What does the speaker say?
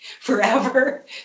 forever